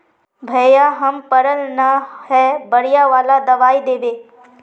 भैया हम पढ़ल न है बढ़िया वाला दबाइ देबे?